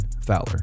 Fowler